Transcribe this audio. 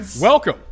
Welcome